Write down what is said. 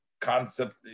concept